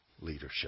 leadership